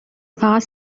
فقط